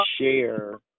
share